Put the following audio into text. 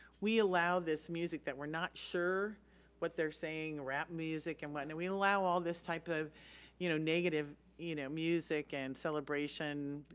we allow this music that we're not sure what they're saying. rap music and what and we allow all this type of you know negative you know music and celebration,